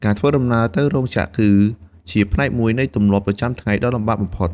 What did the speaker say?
ការធ្វើដំណើរទៅរោងចក្រ គឺជាផ្នែកមួយនៃទម្លាប់ប្រចាំថ្ងៃដ៏លំបាកបំផុត។